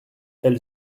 elle